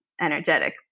energetic